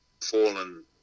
fallen